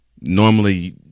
normally